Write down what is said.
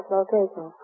location